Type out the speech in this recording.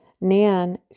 Nan